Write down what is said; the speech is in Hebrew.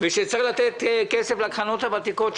ושצריך לתת כסף לקרנות הוותיקות,